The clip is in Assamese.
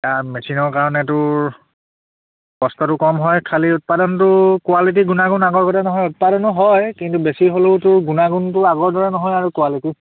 এয়া মেচিনৰ কাৰণে তোৰ কষ্টটো কম হয় খালি উৎপাদনটো কোৱালিটি গুণাগুণ আগৰ গতে নহয় উৎপাদনো হয় কিন্তু বেছি হ'লেও তোৰ গুণাগুণটো আগৰ দৰে নহয় আৰু কোৱালিটি